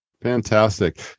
Fantastic